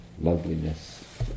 loveliness